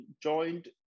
joined